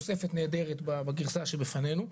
תוספת נהדרת בגרסה שבפנינו.